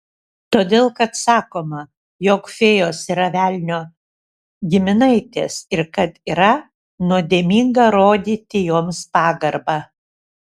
todėl kad sakoma jog fėjos yra velnio giminaitės ir kad yra nuodėminga rodyti joms pagarbą